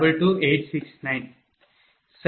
4522869 சரி